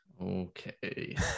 okay